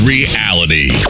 Reality